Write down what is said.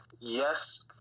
yes